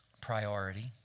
priority